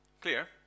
Clear